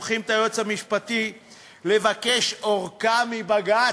שולחים את היועץ המשפטי לבקש ארכה מבג"ץ,